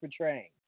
portraying